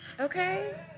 Okay